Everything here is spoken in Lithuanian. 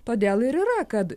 todėl ir yra kad